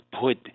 put